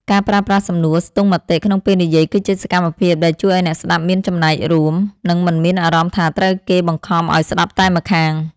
ការប្រើប្រាស់សំណួរស្ទង់មតិក្នុងពេលនិយាយ គឺជាសកម្មភាពដែលជួយឱ្យអ្នកស្ដាប់មានចំណែករួម និងមិនមានអារម្មណ៍ថាត្រូវគេបង្ខំឱ្យស្ដាប់តែម្ខាង។